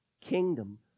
kingdom